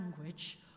language